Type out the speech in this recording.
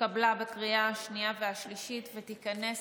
התקבלה בקריאה השנייה והשלישית, ותיכנס